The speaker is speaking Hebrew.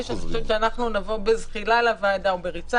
ואם השינוי או החריגה לא היו כרוכים בקבלת